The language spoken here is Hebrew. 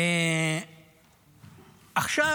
עכשיו